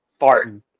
farting